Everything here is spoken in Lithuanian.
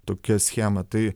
tokia schema tai